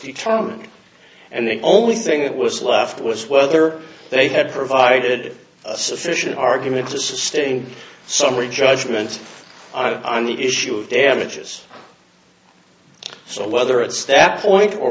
trial and the only thing that was left was whether they had provided sufficient argument to sustain summary judgment and the issue of damages so whether it's that point or